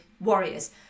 warriors